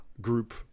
group